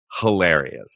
Hilarious